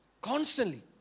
Constantly